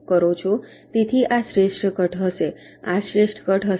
તેથી આ શ્રેષ્ઠ કટ હશે આ શ્રેષ્ઠ કટ હશે